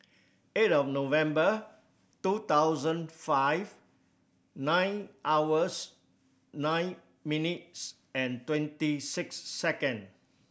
eight of November two thousand five nine hours nine minutes and twenty six second